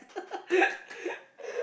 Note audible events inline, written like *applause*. *laughs*